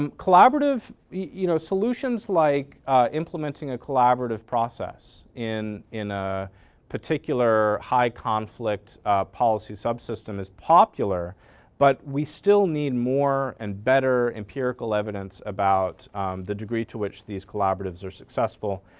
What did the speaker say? um collaborative, you, know solutions like implementing a collaborative process in in a particular high conflict policy subsystem is popular but we still need more and better empirical evidence about the degree to which these collaboratives are successful,